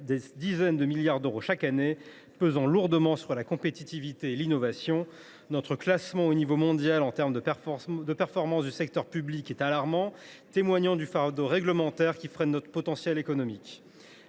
des dizaines de milliards d’euros chaque année, ce qui pèse lourdement sur la compétitivité et l’innovation. Notre classement au niveau mondial en matière de performance du secteur public est alarmant, témoignant du fardeau réglementaire qui freine notre potentiel économique.